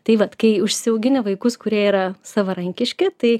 tai vat kai užsiaugini vaikus kurie yra savarankiški tai